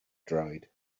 dried